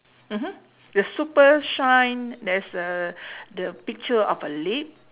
mmhmm the super shine there's a the picture of a lip